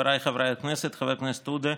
חבריי חברי הכנסת, חבר הכנסת עודה,